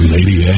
Lady